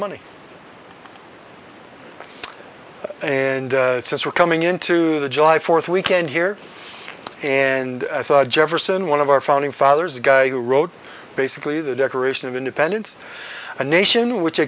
money and since we're coming into the july fourth weekend here and jefferson one of our founding fathers the guy who wrote basically the declaration of independence a nation which